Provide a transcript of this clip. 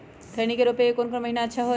खैनी के रोप के कौन महीना अच्छा है?